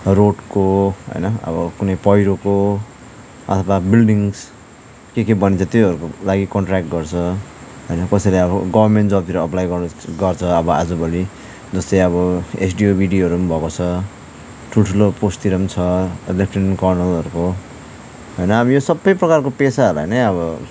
रोडको होइन अब कुनै पहिरोको अथवा बिल्डिङ्स के के बनिन्छ त्योहरूकै लागि कन्ट्रयाक्ट गर्छ होइन कसैले अब गवर्मेन्ट जबतिर अप्लाई गर्छ अब आजभोलि जस्तै अब एसडियो बिडियोहरू पनि भएको छ ठुल्ठुलो पोस्टतिर पनि छ लेफ्टेनेन्ट कर्नेलहरूको होइन अब यो सबै प्रकारको पेसाहरलाई नै अब